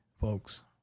folks